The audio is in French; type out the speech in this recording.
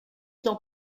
dans